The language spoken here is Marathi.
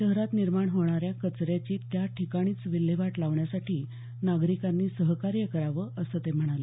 शहरात निर्माण होणाऱ्या कचऱ्याची त्या ठिकाणीच विल्हेवाट लावण्यासाठी नागरिकांनी सहकार्य करावं असं ते म्हणाले